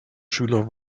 schüler